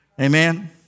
Amen